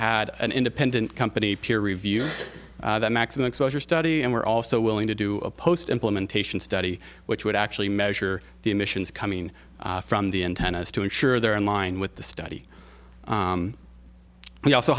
had an independent company peer review that maximum exposure study and were also willing to do a post implementation study which would actually measure the emissions coming from the intent is to ensure they're in line with the study we also